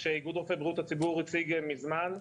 שאיגוד רופאי בריאות הציבור הציג מזמן,